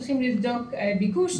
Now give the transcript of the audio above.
צריך לבדוק ביקוש.